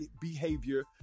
behavior